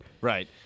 Right